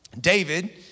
David